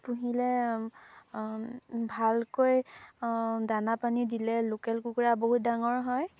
পুহিলে ভালকৈ দানা পানী দিলে লোকেল কুকুৰা বহুত ডাঙৰ হয়